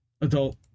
adult